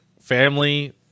family